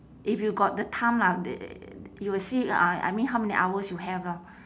if you got the time lah they you will see uh I mean how many hours you have lor